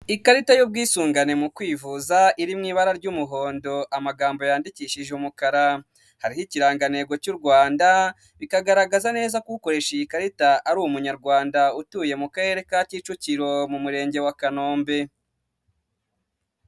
Ikarita y'ubwisungane mu kwivuza iri mu ibara ry'umuhondo amagambo yandikishije umukara, hariho ikirangantego cy'u Rwanda, bikagaragaza neza ko ukoresha iyi karita ari umunyarwanda utuye mu karere ka Kicukiro mu murenge wa Kanombe.